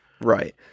Right